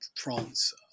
France